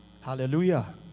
hallelujah